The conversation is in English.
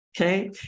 okay